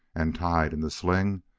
and, tied in the sling,